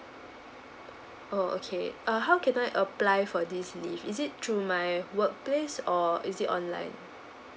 oh okay uh how can I apply for this leave is it through my workplace or is it online